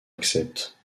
accepte